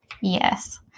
Yes